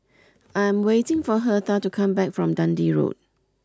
I'm waiting for Hertha to come back from Dundee Road